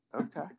Okay